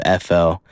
FL